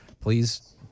Please